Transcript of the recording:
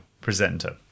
presenter